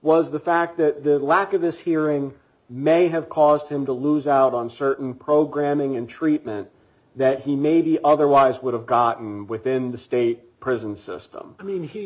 was the fact that the lack of this hearing may have caused him to lose out on certain programming and treatment that he may be otherwise would have gotten within the state prison system i mean he